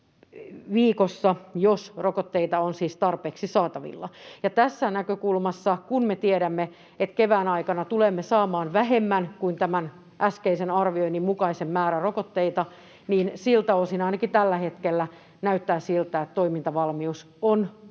jos rokotteita on siis tarpeeksi saatavilla. Ja tässä näkökulmassa, kun me tiedämme, että kevään aikana tulemme saamaan vähemmän kuin tämän äskeisen arvioinnin mukaisen määrän rokotteita, niin siltä osin ainakin tällä hetkellä näyttää siltä, että toimintavalmius on